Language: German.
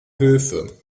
höfe